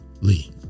Lee